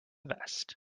vest